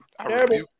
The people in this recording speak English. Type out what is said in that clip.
Terrible